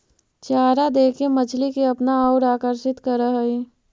चारा देके मछली के अपना औउर आकर्षित करऽ हई